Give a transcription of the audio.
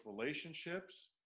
relationships